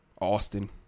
Austin